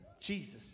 Jesus